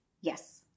Yes